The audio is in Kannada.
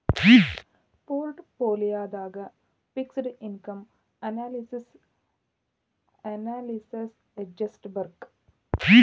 ಪೊರ್ಟ್ ಪೋಲಿಯೊದಾಗ ಫಿಕ್ಸ್ಡ್ ಇನ್ಕಮ್ ಅನಾಲ್ಯಸಿಸ್ ಯೆಸ್ಟಿರ್ಬಕ್?